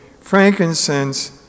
frankincense